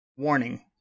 warning